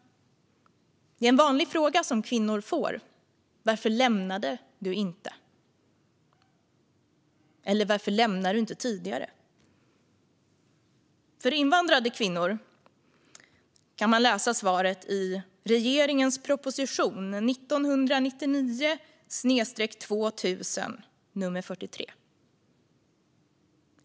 En vanlig fråga som kvinnor får är: Varför lämnade du honom inte? Eller varför gick du inte tidigare? För invandrade kvinnor kan man läsa svaret i regeringens proposition 1999/2000:43.